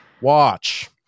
watch